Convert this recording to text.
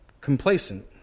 complacent